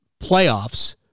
playoffs